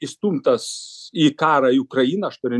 išstumtos į karą į ukrainą aš turiu